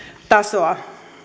tasoa